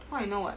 how I know [what]